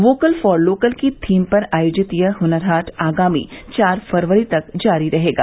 vocal for local की theme पर आयोजित यह हुनर हाट आगामी चार फरवरी तक जारी रहेगी